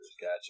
gotcha